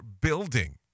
building